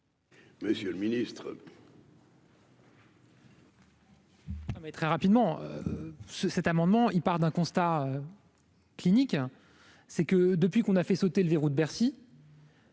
Monsieur le Ministre.